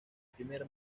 primer